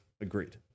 Agreed